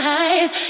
eyes